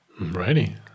Ready